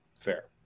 fair